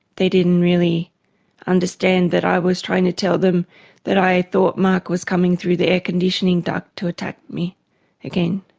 they didn't really understand that i was trying to tell them that i thought mark was coming through the air-conditioning duct to attack me again.